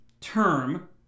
term